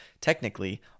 technically